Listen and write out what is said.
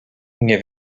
nie